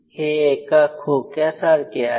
हे एका खोक्यासारखे आहे